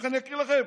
אני אקריא לכם,